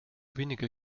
wenige